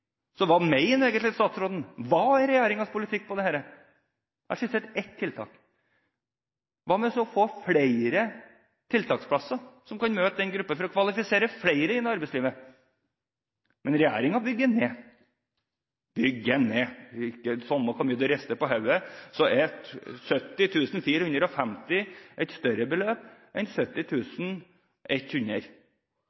Så hva mener egentlig statsråden? Hva er regjeringens politikk på dette? Jeg har skissert et tiltak: Hva med å få flere tiltaksplasser som kan møte den gruppen, for å kvalifisere flere inn i arbeidslivet? Men regjeringen bygger ned. Den bygger ned. Samme hvor mye statsråden rister på hodet, er 70 450 et større tall enn 70